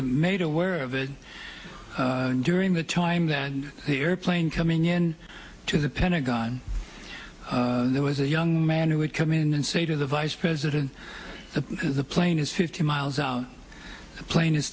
was made aware of it during the time that the airplane coming in to the pentagon there was a young man who would come in and say to the vice president of the plane is fifty miles out the plane is